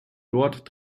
dort